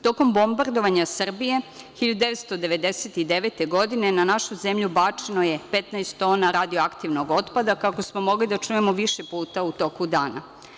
Tokom bombardovanja Srbije 1999. godine na našu zemlju bačeno je 15 tona radioaktivnog otpada, kako smo mogli da čujemo više puta u toku dana.